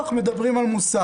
עכשיו, כשזה נוח מדברים על מוסר.